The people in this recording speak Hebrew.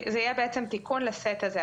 זה יהיה בעצם תיקון לסט הזה,